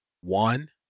one